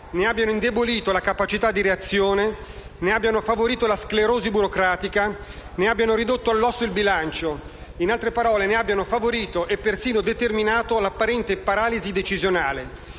ne abbiano indebolito la capacità di reazione, ne abbiano favorito la sclerosi burocratica, ne abbiano ridotto all'osso il bilancio; in altre parole ne abbiano favorito e persino determinato l'apparente paralisi decisionale